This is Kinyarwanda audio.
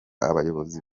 abayobozi